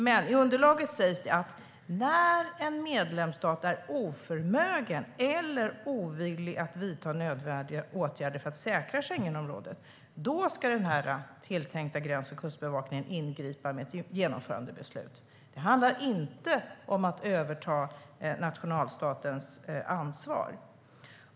Men i underlaget sägs det att när en medlemsstat är oförmögen att vidta nödvändiga åtgärder för att säkra Schengenområdet ska den tilltänkta gräns och kustbevakningen ingripa med ett genomförandebeslut. Det handlar inte om att överta nationalstaters ansvar.